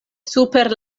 super